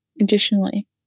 Additionally